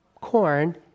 corn